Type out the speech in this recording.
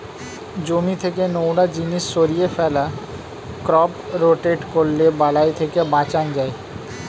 জমি থেকে নোংরা জিনিস সরিয়ে ফেলা, ক্রপ রোটেট করলে বালাই থেকে বাঁচান যায়